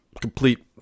complete